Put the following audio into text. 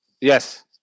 Yes